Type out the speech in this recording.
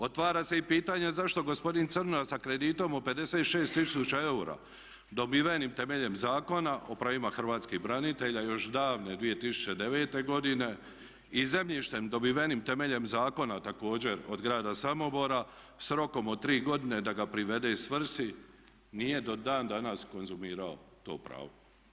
Otvara se i pitanje zašto gospodin Crnoja sa kreditom od 56 tisuća eura dobivenih temeljem Zakona o pravim Hrvatskih branitelja još davne 2009.godine i zemljištem dobivenim temeljem zakona također od Grada Samobora s rokom od 3 godine da ga privede i svrsi nije do dan danas konzumirao to pravo.